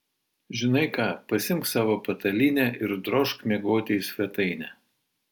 žinai ką pasiimk savo patalynę ir drožk miegoti į svetainę